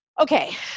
Okay